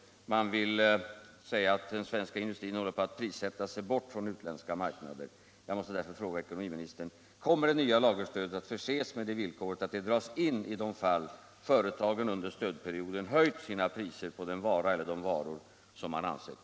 Man påstår att den svenska industrin håller på att prissätta sig bort från utländska marknader. Jag måste därför fråga ekonomiministern: Kommer det nya lagerstödet att Om fortsatt statligt stöd till industrins lagerhållning stöd till industrins lagerhållning förses med det villkoret att stödet dras in i de fall företagen under stödperioden höjt sina priser på den vara eller de varor som man ansökt